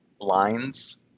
lines